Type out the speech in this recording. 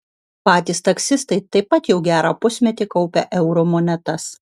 patys taksistai taip pat jau gerą pusmetį kaupia eurų monetas